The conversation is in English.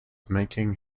making